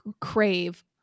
crave